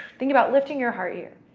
think about lifting your heart here.